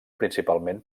principalment